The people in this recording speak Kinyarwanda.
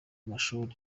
mashuri